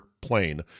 plane